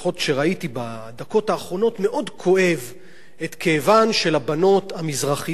מאוד כואב את כאבן של הבנות המזרחיות שלא מתקבלות לבתי-הספר.